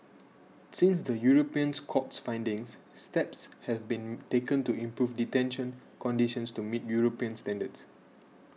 since the European court's findings steps have been taken to improve detention conditions to meet European standards